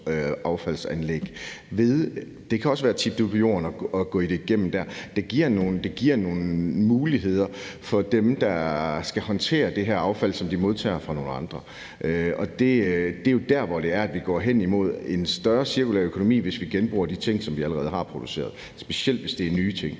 affaldsanlæg. Det kan også tit være ude på jorden, at man skal gå det igennem. Det giver nogle muligheder for dem, der skal håndtere det her affald, som de modtager fra nogle andre. Og det er jo der, hvor vi går hen imod en større cirkulær økonomi, hvis vi genbruger de ting, som vi allerede har produceret, specielt hvis det er nye ting.